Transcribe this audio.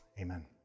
Amen